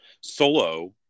Solo